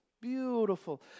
Beautiful